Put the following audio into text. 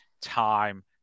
time